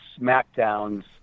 smackdowns